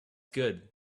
good